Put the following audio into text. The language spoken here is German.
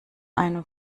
einem